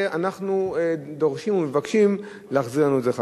ואנחנו דורשים ומבקשים להחזיר לנו את זה.